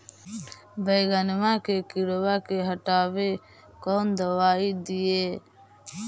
बैगनमा के किड़बा के हटाबे कौन दवाई दीए?